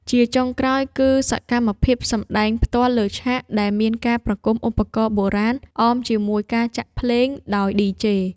ជាចុងក្រោយ គឺសកម្មភាពសម្ដែងផ្ទាល់លើឆាក ដែលមានការប្រគំឧបករណ៍បុរាណអមជាមួយការចាក់ភ្លេងដោយ DJ។